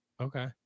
Okay